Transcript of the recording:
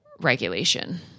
regulation